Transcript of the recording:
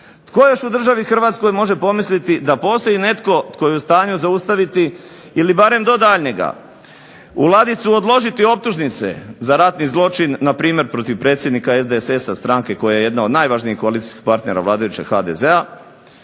Tko još u državi Hrvatskoj može pomisliti da postoji netko tko je u stanju zaustaviti, ili barem do daljnjega u ladicu odložiti optužnice za ratni zločin npr. protiv predsjednika SDSS-a, stranke koja je od jednih najvažnijih koalicijskih partnera vladajućeg HDZ-a,